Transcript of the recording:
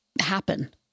happen